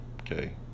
Okay